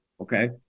Okay